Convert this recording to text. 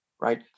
right